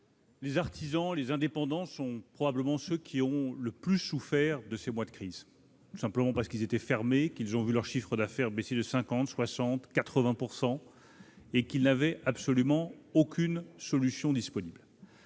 artisans et indépendants sont, probablement, ceux qui ont le plus souffert de ces mois de crise. Tout simplement parce qu'ils étaient fermés et qu'ils ont vu leur chiffre d'affaires baisser de 50 %, 60 %, parfois 80 %, sans aucune solution disponible.